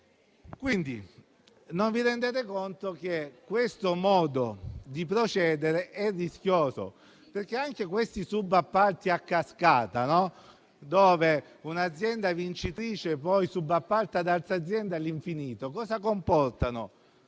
bocciati. Non vi rendete conto che questo modo di procedere è rischioso, perché anche i subappalti a cascata, in cui un'azienda vincitrice poi subappalta ad altra azienda all'infinito, comportano